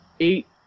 eight